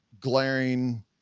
glaring